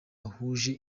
bahuje